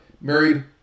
married